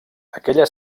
aquella